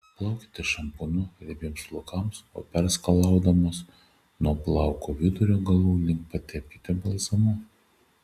plaukite šampūnu riebiems plaukams o perskalaudamos nuo plauko vidurio galų link patepkite balzamu